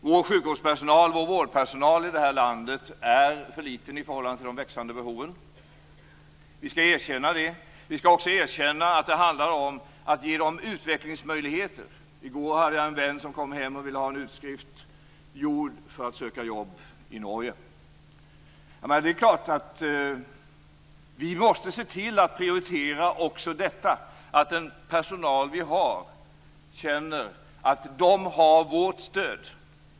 Vår sjukvårdspersonal, vår vårdpersonal i det här landet, är för liten i förhållande till de växande behoven. Vi skall erkänna det. Vi skall också erkänna att det handlar om att ge dem utvecklingsmöjligheter. I går kom en vän hem och ville ha en utskrift för att söka jobb i Norge. Det är klart att vi måste se till att prioritera också detta att den personal vi har känner att den har vårt stöd.